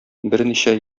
берничә